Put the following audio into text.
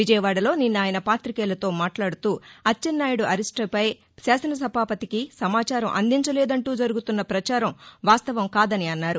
విజయవాడలో నిన్న ఆయన పాతికేయులతో మాట్లాడుతూ అచ్చెన్నాయుడు అరెస్టుపై శాసనసభాపతికి సమాచారం అందించలేదంటూ జరుగుతున్న ప్రచారం వాస్తవం కాదని అన్నారు